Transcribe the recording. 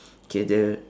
okay the